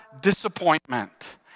disappointment